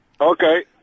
Okay